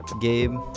gabe